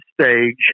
stage